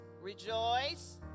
rejoice